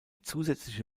zusätzliche